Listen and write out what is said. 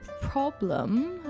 problem